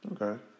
Okay